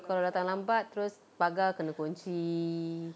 kalau datang lambat terus pagar kena kunci